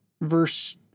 verse